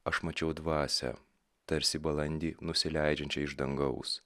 aš mačiau dvasią tarsi balandį nusileidžiančią iš dangaus